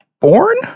born